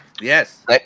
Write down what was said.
Yes